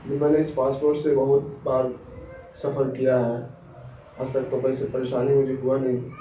میں نے اس پاسپورٹ سے بہت بار سفر کیا ہے آج تک تو کوئی سا پریشانی مجھے ہوا نہیں